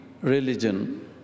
religion